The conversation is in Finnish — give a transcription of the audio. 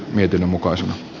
mietinnön mukaan